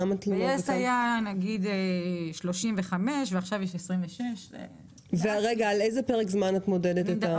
ביס היו 35 תלונות ועכשיו יש 26. על איזה פרק זמן את מודדת?